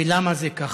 ולמה זה ככה?